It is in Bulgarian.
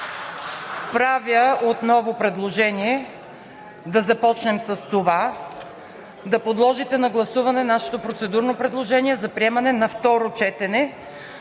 Правя отново предложение да започнем с това да подложите на гласуване нашето процедурно предложение за приемане на второ четене,